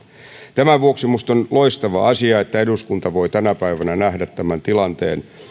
tämän vuoksi minusta on loistava asia että eduskunta voi tänä päivänä nähdä tämän tilanteen